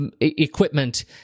equipment